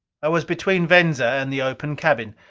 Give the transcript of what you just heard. i was between venza and the open cabin.